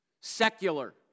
secular